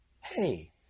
Hey